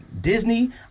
Disney